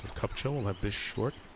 kupcho will have this short.